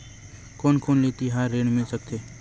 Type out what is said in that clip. कोन कोन ले तिहार ऋण मिल सकथे?